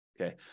okay